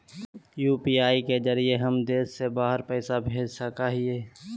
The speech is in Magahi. यू.पी.आई के जरिए का हम देश से बाहर पैसा भेज सको हियय?